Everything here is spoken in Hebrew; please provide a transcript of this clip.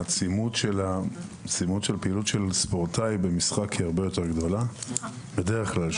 העצימות של פעילות של ספורטאי במשחק היא הרבה יותר גדולה בדרך כלל,